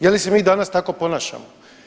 Je li se mi danas tako ponašamo?